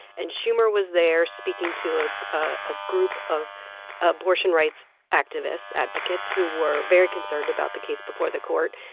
and schumer was there speaking to a ah ah group of abortion rights activists advocates who were very concerned about the case before the court.